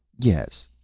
yes,